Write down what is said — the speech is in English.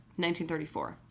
1934